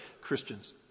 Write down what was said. Christians